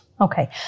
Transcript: Okay